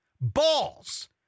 balls